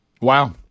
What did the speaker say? Wow